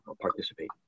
participate